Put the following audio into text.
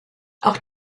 auch